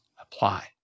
apply